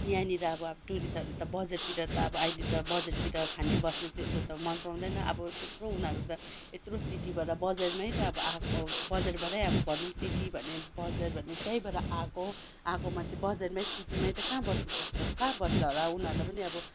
यहाँनिर अब आएको टुरिस्टहरू त बजारतिर त अब अहिले त बजारतिर खाने बस्ने त्यस्तो त मन पराउँदैन अब त्यत्रो उनीहरू त यत्रो सिटीबाट बजारमै त अब आएको बजारबाटै अब भन्ने सिटी भन्ने बजार भन्ने त्यहीँबाट आएको हो आएकोमा चाहिँ बजारमै सिटीमै त कहाँ बस्नु सक्छ कहाँ बस्छ होला उनीहरूलाई पनि अब